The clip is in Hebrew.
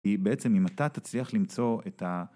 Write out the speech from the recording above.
כי בעצם אם אתה תצליח למצוא את ה...